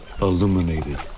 illuminated